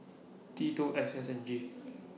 T two X S N G